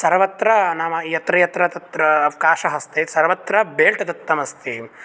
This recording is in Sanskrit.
सर्वत्र नाम यत्र यत्र तत्र अवकाशः अस्ति सर्वत्र बेल्ट् दत्तं अस्ति